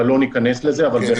לא ניכנס לזה -- כן,